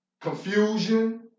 confusion